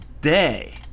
day